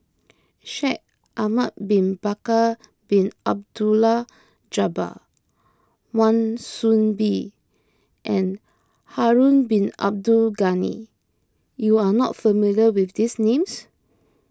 Shaikh Ahmad Bin Bakar Bin Abdullah Jabbar Wan Soon Bee and Harun Bin Abdul Ghani you are not familiar with these names